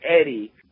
Eddie